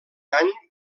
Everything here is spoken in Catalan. any